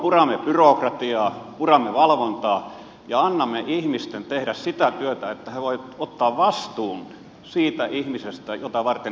puramme byrokratiaa puramme valvontaa ja annamme ihmisten tehdä sitä työtä niin että he voivat ottaa vastuun siitä ihmisestä jota varten heidät on palkattu